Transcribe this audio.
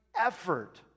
effort